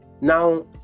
Now